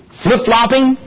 flip-flopping